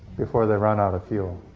before they run out of fuel.